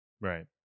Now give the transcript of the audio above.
Right